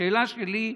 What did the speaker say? השאלה שלי: